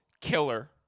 killer